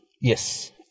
Yes